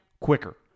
quicker